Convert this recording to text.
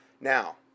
Now